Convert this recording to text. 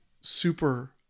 super